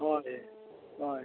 ᱦᱳᱭ ᱦᱳᱭ